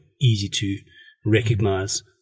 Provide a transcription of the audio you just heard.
easy-to-recognize